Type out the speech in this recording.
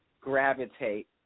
gravitate